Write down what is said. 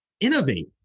innovate